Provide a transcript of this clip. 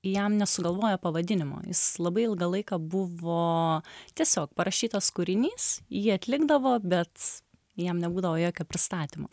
jam nesugalvojo pavadinimo jis labai ilgą laiką buvo tiesiog parašytas kūrinys jį atlikdavo bet jam nebūdavo jokio pristatymo